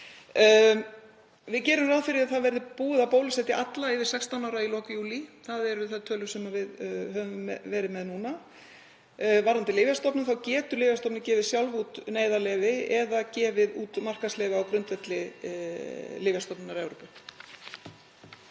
Við gerum ráð fyrir að það verði búið að bólusetja alla yfir 16 ára í lok júlí. Það eru þær tölur sem við höfum verið með núna. Varðandi Lyfjastofnun getur hún sjálf gefið út neyðarleyfi eða gefið út markaðsleyfi á grundvelli Lyfjastofnunar Evrópu.